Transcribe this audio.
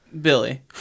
Billy